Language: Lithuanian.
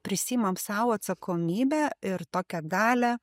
prisiimam sau atsakomybę ir tokią galią